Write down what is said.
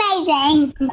Amazing